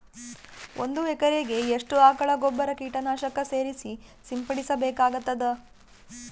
ಒಂದು ಎಕರೆಗೆ ಎಷ್ಟು ಆಕಳ ಗೊಬ್ಬರ ಕೀಟನಾಶಕ ಸೇರಿಸಿ ಸಿಂಪಡಸಬೇಕಾಗತದಾ?